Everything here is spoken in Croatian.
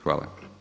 Hvala.